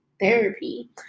therapy